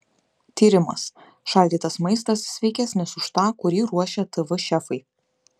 tyrimas šaldytas maistas sveikesnis už tą kurį ruošia tv šefai